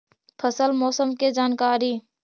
फसल मौसम के जानकारी?